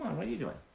what are you doing?